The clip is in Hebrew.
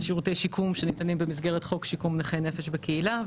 שירותי שיקום שניתנים במסגרת חוק שיקום נכי נפש בקהילה,